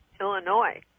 Illinois